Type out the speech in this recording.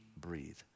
breathe